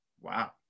Wow